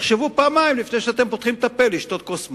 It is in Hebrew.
שתחשבו פעמיים לפני שאתם פותחים את הפה לשתות כוס מים.